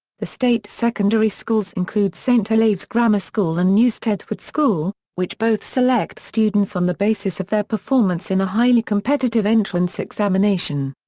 the state secondary schools include st. olave's grammar school and newstead wood school, which both select students on the basis of their performance in a highly competitive entrance entrance examination.